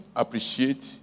appreciate